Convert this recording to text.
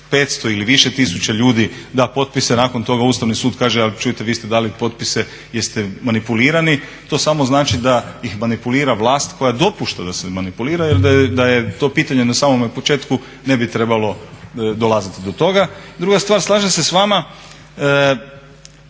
500 ili više tisuća ljudi da potpise, a nakon toga Ustavni sud kaže ali čujte vi ste dali potpise jer ste manipulirani to samo znači da ih manipulira vlast koja dopušta da se manipulira jer da je to pitanje na samome početku ne bi trebalo dolaziti do toga. Druga stvar, slažem se s vama